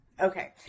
Okay